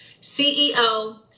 CEO